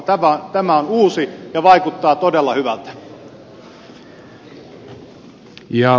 tämä on uusi ja vaikuttaa todella hyvältä